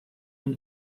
indo